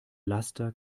laster